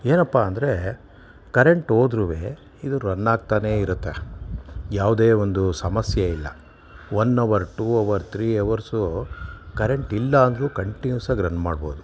ಏನಪ್ಪ ಅಂದರೆ ಕರೆಂಟ್ ಹೋದರೂ ಇದು ರನ್ ಆಗ್ತಾನೇ ಇರುತ್ತೆ ಯಾವುದೇ ಒಂದು ಸಮಸ್ಯೆ ಇಲ್ಲ one hour two hour three hours current ಇಲ್ಲಾಂದರೂ ಕಂಟಿನ್ಯುಸಾಗಿ ರನ್ ಮಾಡ್ಬೋದು